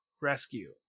Rescue